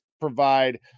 provide